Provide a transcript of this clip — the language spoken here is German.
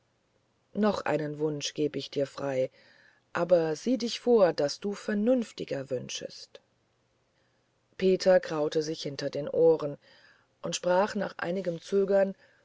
noch einen wunsch gebe ich dir frei aber sieh dich vor daß du vernünftiger wünschest peter kraute sich hinter den ohren und sprach nach einigem zögern